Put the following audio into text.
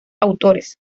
autores